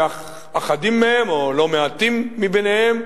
שאחדים מהם, או לא מעטים מביניהם,